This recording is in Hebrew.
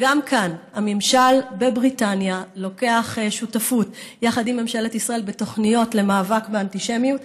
וגם כאן הממשל בבריטניה שותף לממשלת ישראל בתוכניות למאבק באנטישמיות,